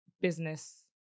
business